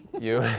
you